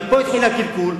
ומפה התחיל הקלקול,